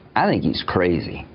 i think he's crazy.